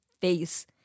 face